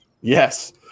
Yes